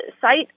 site